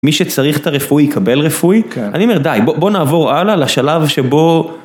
מי שצריך את הרפואי יקבל רפואי, אני אומר די בוא נעבור הלאה לשלב שבו